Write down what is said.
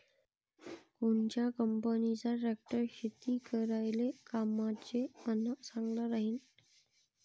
कोनच्या कंपनीचा ट्रॅक्टर शेती करायले कामाचे अन चांगला राहीनं?